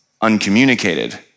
uncommunicated